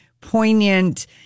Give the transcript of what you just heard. poignant